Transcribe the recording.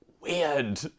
weird